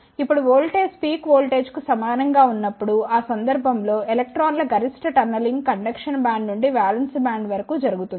ఇప్పుడు voltage peak వోల్టేజ్కు సమానం గా ఉన్నప్పుడు ఆ సందర్భం లో ఎలక్ట్రాన్ల గరిష్ట టన్నెలింగ్ కండక్షన్ బ్యాండ్ నుండి వాలెన్స్ బ్యాండ్ వరకు జరుగుతుంది